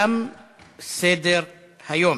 תם סדר-היום.